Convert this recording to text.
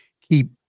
keep